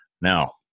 Now